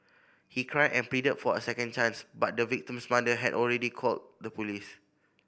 he cried and pleaded for a second chance but the victim's mother had already called the police